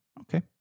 Okay